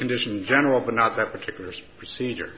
condition general but not that particular procedure